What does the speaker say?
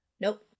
Nope